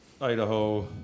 Idaho